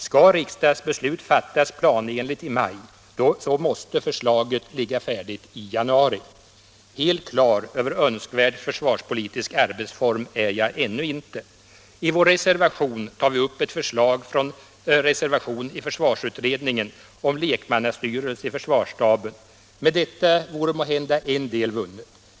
Skall riksdagsbeslut fattas planenligt i maj så måste förslaget ligga färdigt i januari. Helt klar över önskvärd försvarspolitisk arbetsform är jag ännu inte. I vår reservation tar vi upp ett förslag från en reservation i försvarsledningsutredningen om lekmannastyrelse i försvarsstaben. Med detta vore måhända en del vunnet.